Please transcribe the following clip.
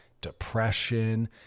depression